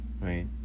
Right